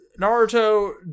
Naruto